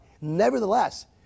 Nevertheless